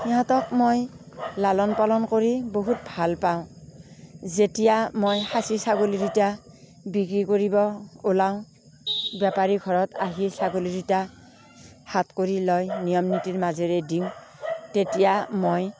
সিহঁতক মই লালন পালন কৰি বহুত ভালপাওঁ যেতিয়া মই খাচী ছাগলী দুটা বিক্ৰী কৰিব ওলাওঁ বেপাৰী ঘৰত আহি ছাগলী দুটা হাত কৰি লয় নিয়ম নীতিৰ মাজেেৰেই দিওঁ তেতিয়া মই